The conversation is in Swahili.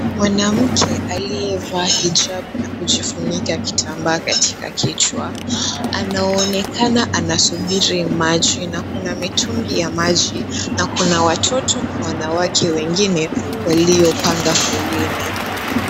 Mwanamke aliyevaa hijab na kujifunika kitambaa katika kichwa. Anaonekana anasubiri maji na kuna mitungi ya maji na kuna watoto na wanawake wengine waliopanga foleni.